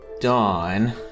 Dawn